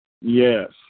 Yes